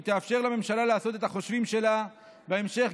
היא תאפשר לממשלה לעשות את החושבים שלה בהמשך,